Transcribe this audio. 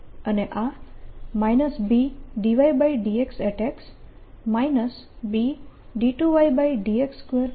અને આ B∂y∂xx Bx ના બરાબર છે